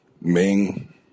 Ming